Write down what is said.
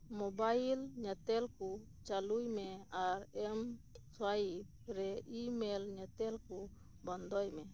mobile ᱧᱮᱛᱮᱞ ᱠᱚ ᱪᱟ ᱞᱩᱭ ᱢᱮ ᱟᱨ ᱮᱢᱥᱳᱣᱟᱭᱤᱯ ᱨᱮ ᱤᱼᱢᱮᱞ ᱧᱮᱛᱮᱞ ᱠᱚ ᱵᱚᱱᱫᱚᱭ ᱢᱮ